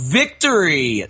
victory